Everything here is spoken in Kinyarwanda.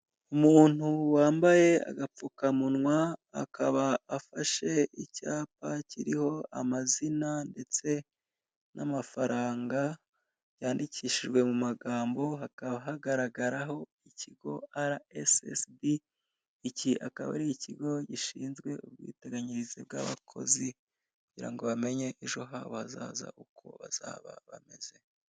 Umuntu wambaye agapfukamunwa, akaba afashe icyapa kiriho amazina ndetse n'amafaranga yandikishijwe mu magambo, hakaba hagaragaraho ikigo arayesesibi, iki akaba ari ikigo gishinzwe ubwiteganyirize bw'abakozi, kugira ngo bamenye ejo haza hazaza uko bazaba bameze.